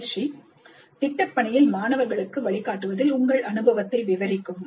பயிற்சி திட்டப்பணியில் மாணவர்களுக்கு வழிகாட்டுவதில் உங்கள் அனுபவத்தை விவரிக்கவும்